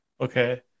okay